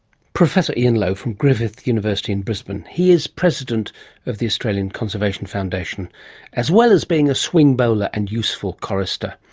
professor ian lowe from griffith university in brisbane. he is president of the australian conservation foundation as well as being a swing bowler and useful chorister.